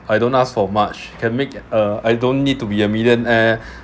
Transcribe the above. I don't ask for much can make uh I don't need to be a millionaire